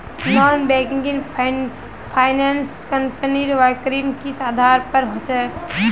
Non banking finance कंपनीर वर्गीकरण किस आधार पर होचे?